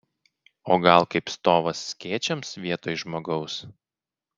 o gal kaip stovas skėčiams vietoj žmogaus